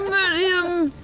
i um